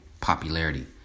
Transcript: popularity